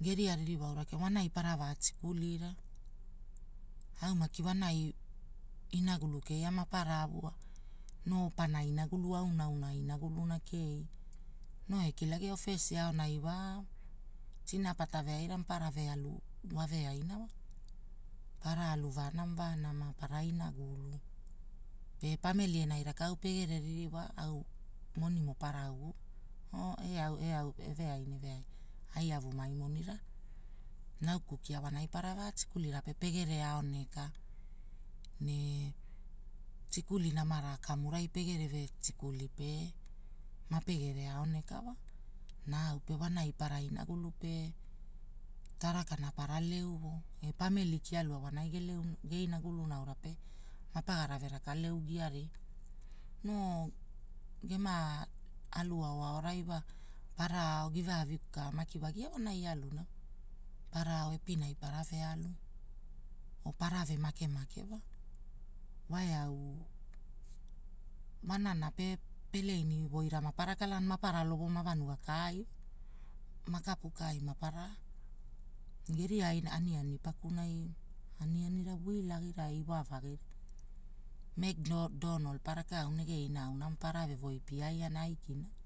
geria ririwa aura, wonai para va skulira. Au maki wanai inagulu kea mapara avua noo pana inagulu auna auna kei. Noo ekilagia ofesi aoanai wa tinapata veaira ma parave alu, maveaina wa, para alu vaanama vanama pana inagulu, pe pamili. enai rakau pegere ririwa au monimo pana ugu oo eau eau eveaina eveaina, ai avumai monira. Nauku kia wonai para vatikularia pe pegere aoneka, nee, tikuli namara kamurai pegereve tikuli pe mapegene aonekawa. Na au wonai mapaara inagulu pe, tarakana para leuvo e pamili. kia lua wonai geina gulana, mapa gara raka leu gia ria. Noo gema alu ao aonai wa gara ao giava aviku ka makia woigia wonai eluna, para ao epinai para alu, oo parave make wae au, wonana pe peleini woira mapara kala ne mapara ma lovo mavanua kaai makapu. kaai. Geria aniani pakurai anianirara guilagina e iwa vagina, mek donol pa raka u rege ina auna, para ve woi pia na aikina wa.